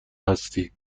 هستی